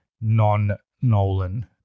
non-Nolan